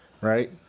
Right